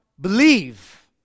believe